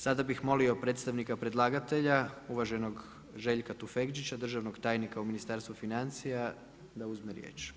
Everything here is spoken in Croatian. Sada bi molio predstavnika predlagatelja uvaženog Željka Tufekčića, državnog tajnika u Ministarstvu financija da uzme riječ.